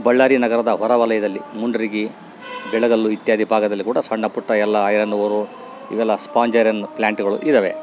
ಬಳ್ಳಾರಿ ನಗರದ ಹೊರ ವಲಯದಲ್ಲಿ ಮುಂಡ್ರಿಗಿ ಬೆಳಗಲ್ಲು ಇತ್ಯಾದಿ ಭಾಗದಲ್ಲಿ ಕೂಡ ಸಣ್ಣ ಪುಟ್ಟ ಎಲ್ಲ ಆಯರ್ನ್ ಓರು ಇವೆಲ್ಲ ಸ್ಪಾನ್ಜೇರಿಯನ್ ಪ್ಲಾಂಟ್ಗಳು ಇದಾವೆ